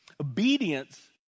obedience